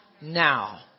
now